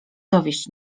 dowieść